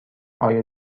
آیا